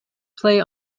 play